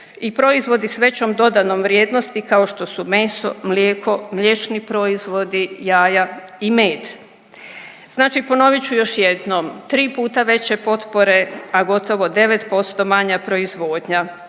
i proizvodi s većom dodanom vrijednosti kao što su meso, mlijeko, mliječni proizvodi, jaja i med. Znači ponovit ću još jednom, tri puta veće potpore, a gotovo 9% manja proizvodnja.